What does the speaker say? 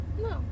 No